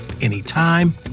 anytime